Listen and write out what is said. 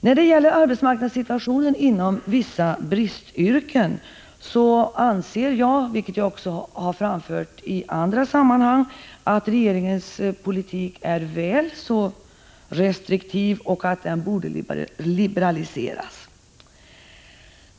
När det gäller arbetsmarknadssituationen inom vissa bristyrken anser jag — vilket jag också har anfört i andra sammanhang — att regeringens politik är väl aestriktiv och borde liberaliseras.